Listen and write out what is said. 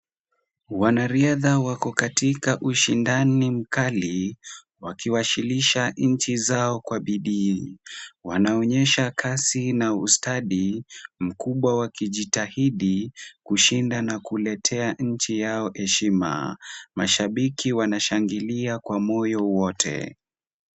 Wanariadha wako katika ushindani mkali wakiwashilisha nchi zao kwa bidii .Wanaonyesha kasi na ustadi mkubwa wakijitahidi kushinda na kuletea nchi yao heshima. Mashabiki wanashangilia kwa moyo wote.